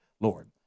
Lord